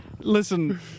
Listen